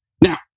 Now